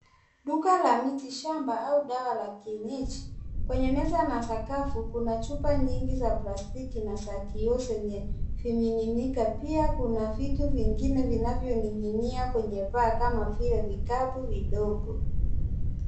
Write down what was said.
Duka la miti shamba au dwaa la kienyeji. Kwenye meza na sakafu kuna chupa nyingi za plastiki na za kioo zenye vining'inika pia kuna vitu vingine vinavyoning'ia kwenye paa kama vile vikapu vidogo.